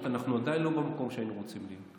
אנחנו עדיין לא במקום שהיינו רוצים להיות.